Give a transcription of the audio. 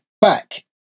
back